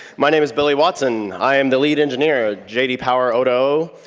my name is billy watson. i'm the lead engineer at j d. power o